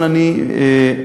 אבל אני מניח,